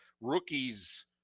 rookies